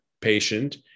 patient